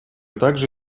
также